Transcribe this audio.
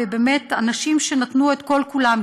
באמת אנשים שנתנו את כל-כולם,